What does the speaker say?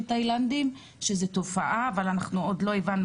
תאילנדים שזאת תופעה אבל אנחנו עוד לא הבנו